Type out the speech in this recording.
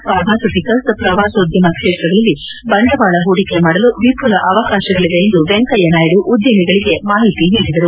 ಫಾರ್ಮಸೂಟಕಲ್ಲೆ ಪ್ರವಾಸೋದ್ಯಮ ಕ್ಷೇತ್ರಗಳಲ್ಲಿ ಬಂಡವಾಳ ಹೂಡಿಕೆ ಮಾಡಲು ವಿಘುಲ ಅವಕಾಶಗಳಿವೆ ಎಂದು ವೆಂಕಯ್ಕ ನಾಯ್ದು ಉದ್ಯಮಿಗಳಿಗೆ ಮಾಹಿತಿ ನೀಡಿದರು